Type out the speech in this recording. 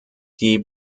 die